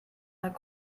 einer